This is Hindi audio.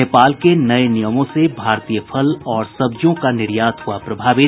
नेपाल के नये नियमों से भारतीय फल और सब्जियों का निर्यात हुआ प्रभावित